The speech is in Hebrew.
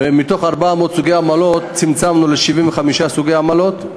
ומתוך 400 סוגי עמלות צמצמנו ל-75 סוגי עמלות.